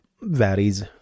varies